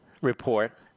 report